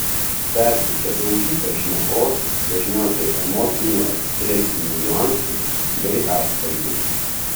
perteikia daugybę šnekos dažniausiai emocinių ekspresinių niuansų bei atspalvių